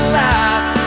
life